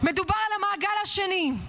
מדובר על המעגל השני,